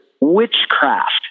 witchcraft